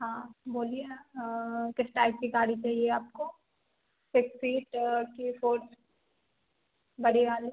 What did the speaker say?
हाँ बोलिए किस टाइप की गाड़ी चाहिए आपको सिक्स सीट कि फोर बड़ी वाली